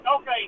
Okay